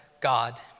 God